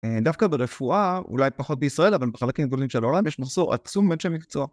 דווקא ברפואה, אולי פחות בישראל, אבל בחלקים גדולים של העולם, יש מחסור עצום באנשי מקצוע.